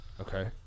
Okay